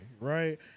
Right